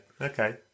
Okay